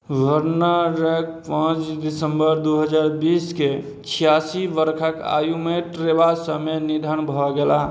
बर्नार्डके पाँच दिसम्बर दुइ हजार बीसकेँ छिआसी बरखक आयुमे ट्रेबासमे निधन भऽ गेलाह